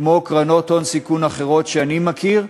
כמו קרנות הון סיכון אחרות שאני מכיר,